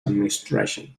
administration